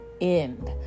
end